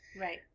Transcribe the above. Right